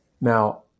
Now